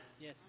Yes